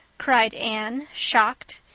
cried anne, shocked.